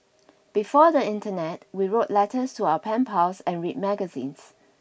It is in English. before the internet we wrote letters to our pen pals and read magazines